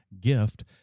gift